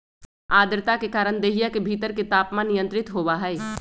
आद्रता के कारण देहिया के भीतर के तापमान नियंत्रित होबा हई